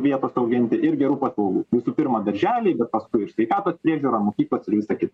vietos auginti ir gerų paslaugų visų pirma darželiai bet paskui ir sveikatos priežiūra mokyklos ir visa kita